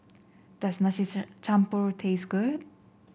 does Nasi Campur taste good